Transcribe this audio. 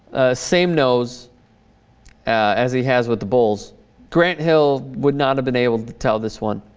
same knows as he has with the bulls grant hill would not have been able to tell this one